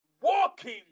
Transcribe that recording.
walking